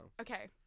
Okay